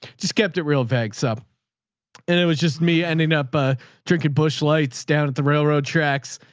just kept it real vague. sup. and it was just me ending up ah drinking, busch lights down at the railroad tracks,